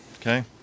Okay